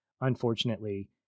unfortunately